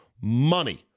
money